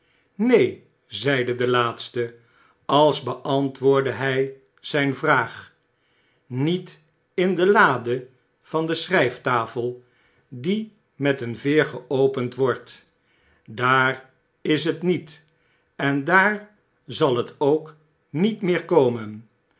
neen zeide de laatste als beantwoordde hy zyn vraag w niet in de lade van de schryftafel die met een veer geopend wordt daaris het met en daar zal het ook niet meer komen